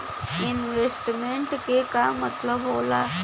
Investment क का मतलब हो ला?